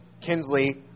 Kinsley